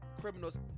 criminals